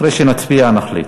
אחרי שנצביע, נחליט.